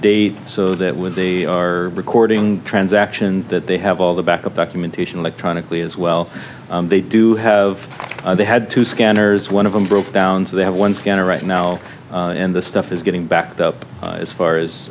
date so that when the recording transaction that they have all the backup documentation electronically as well they do have they had to scanners one of them broke down so they have one scanner right now and the stuff is getting backed up as far as